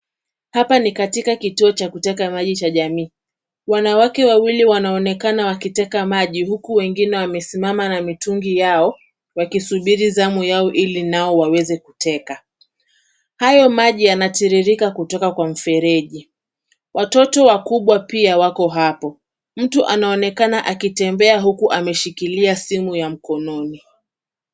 Hapa ni katika kituo cha kuteka maji cha jamii. Wanawake wawili wanaonekana wakiteka maji huku wengine wamesimama na mitungi yao wakisubiri zamu yao ili nao waweze kuteka. Hayo maji yanatiririka kutoka kwa mfereji, watoto wakubwa pia wako hapo. Mtu anaonekana akitembea huku ameshikilia simu ya mkononi.